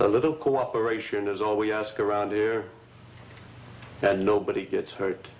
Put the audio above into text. a little cooperation is all we ask around here that nobody gets hurt